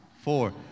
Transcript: four